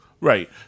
Right